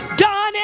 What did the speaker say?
done